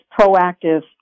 proactive